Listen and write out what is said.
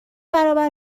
برابر